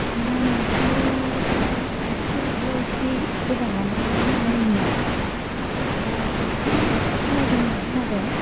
दामआथ' दा एसे आगोलाव इसे गोबाङानोमोन माइनिया दा एसे खमायदों होननानै खोनादों